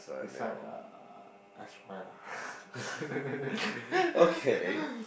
beside ah S_Y lah